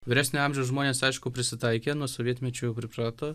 vyresnio amžiaus žmonės aišku prisitaikė nuo sovietmečio priprato